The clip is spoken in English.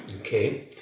Okay